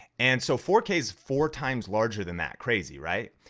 and so four k is four times larger than that. crazy, right?